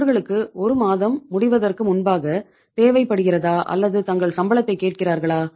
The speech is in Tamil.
அவர்களுக்கு ஒரு மாதம் முடிவதற்கு முன்பாக தேவைப்படுகிறதா அல்லது தங்கள் சம்பளத்தை கேட்கிறார்களா